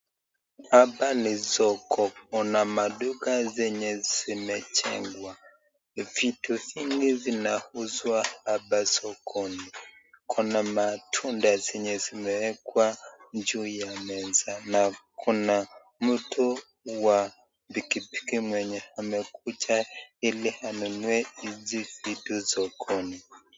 Hapa ni soko, kuna maduka zenye zimejengwa, ni vitu vingi vinauzwa hapa sokoni, kuna matunda zenye zimewekwa juu ya meza na kuna mtu wa pikipiki mwenye amekuja ili anunue hizi vitu sokoni.